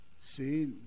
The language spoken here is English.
see